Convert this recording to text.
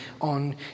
on